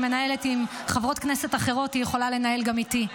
מנהלת עם חברות כנסת אחרות היא יכולה לנהל גם איתי.